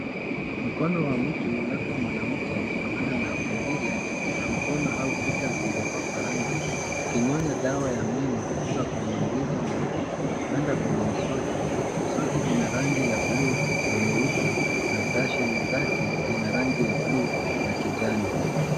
Mkono wa mtu labda mwanamke kutokana na umbile la mkono au kucha zilizopakwa rangi ikinyonya dawa ya meno kutoka kwenye mrija mweupe kwenda kwenye mswaki. Mswaki una rangi ya bluu na nyeupe na brashi zake zina rangi ya bluu na kijani.